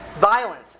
violence